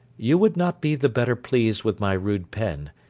you would not be the better pleased with my rude pen,